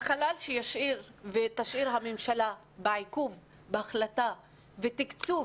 החלל שתשאיר הממשלה בעיכוב ההחלטה ובתקצוב